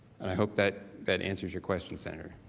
and i hope that that answers your question, senator.